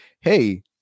hey